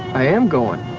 i am going,